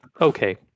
okay